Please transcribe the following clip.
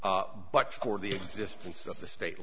but for the existence of the state